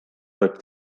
võib